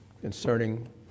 concerning